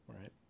right